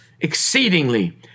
exceedingly